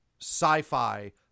sci-fi